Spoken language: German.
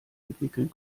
entwickeln